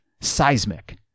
Seismic